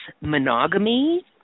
monogamy